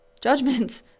judgment